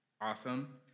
Awesome